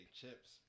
chips